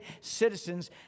citizens